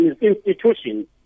institutions